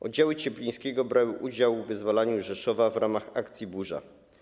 Oddziały Cieplińskiego brały udział w wyzwalaniu Rzeszowa w ramach akcji „Burza”